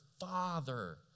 father